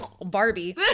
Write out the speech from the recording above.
Barbie